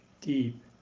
deep